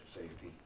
Safety